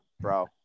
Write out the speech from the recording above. bro